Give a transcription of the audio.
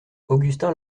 augustin